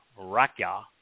rakya